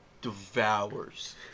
devours